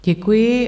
Děkuji.